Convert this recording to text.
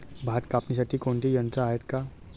भात कापणीसाठी कोणते यंत्र आहेत का?